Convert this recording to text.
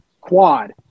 quad